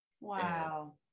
Wow